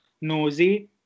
nosy